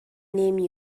نمی